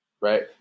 Right